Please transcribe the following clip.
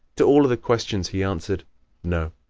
to all of the questions he answered no.